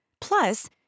Plus